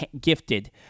gifted